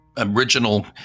original